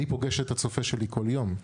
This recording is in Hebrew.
אני פוגש את הצופה שלי כל יום.